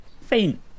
faint